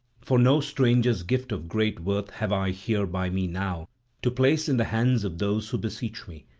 for no stranger's gift of great worth have i here by me now to place in the hands of those who beseech me.